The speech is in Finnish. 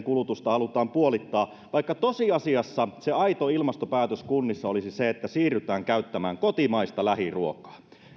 kulutusta halutaan puolittaa vaikka tosiasiassa se aito ilmastopäätös kunnissa olisi se että siirrytään käyttämään kotimaista lähiruokaa